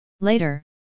Later